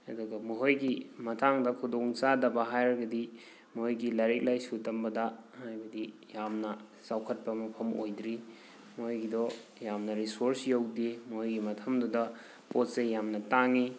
ꯑꯗꯨꯒ ꯃꯈꯣꯏꯒꯤ ꯃꯇꯥꯡꯗ ꯈꯗꯣꯡꯆꯥꯗꯕ ꯍꯥꯏꯔꯒꯗꯤ ꯃꯣꯏꯒꯤ ꯂꯥꯏꯔꯤꯛ ꯂꯥꯏꯁꯨ ꯇꯝꯕꯗ ꯍꯥꯏꯕꯗꯤ ꯌꯥꯝꯅ ꯆꯥꯎꯈꯠꯄ ꯃꯐꯝ ꯑꯣꯏꯗ꯭ꯔꯤ ꯃꯣꯏꯒꯤꯗꯣ ꯌꯥꯝꯅ ꯔꯤꯁꯣꯔꯁ ꯌꯧꯗꯦ ꯃꯣꯏꯒꯤ ꯃꯐꯝꯗꯨꯗ ꯄꯣꯠꯆꯩ ꯌꯥꯝꯅ ꯇꯥꯡꯉꯤ